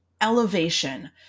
elevation